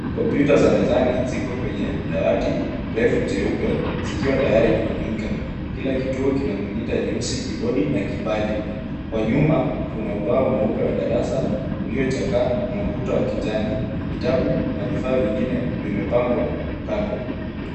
Kompyuta za mizani ziko kwenye dawati refu jeupe zikiwa tayari kutumika, kila kituo kina monita nyeusi, kibodi na kipanya, kwa nyuma kuna ubao mweupe wa darasa uliochakaa na ukuta wa kijani ,vitabu na vifaa vingine vimepangwa kando .